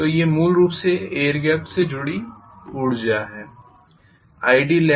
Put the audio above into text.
तो ये मूल रूप से एयर गेप से जुडी ऊर्जा है